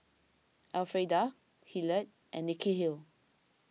Elfrieda Hillard and Nikhil